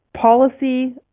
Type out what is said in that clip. policy